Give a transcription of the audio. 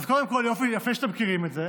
אז קודם כול, יפה שאתם מכירים את זה.